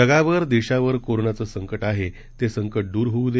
जगावर देशावर कोरोनाचे संकट आहे ते संकट दूर होऊ दे